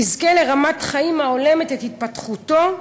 יזכה לרמת חיים ההולמת את התפתחותו,